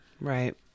Right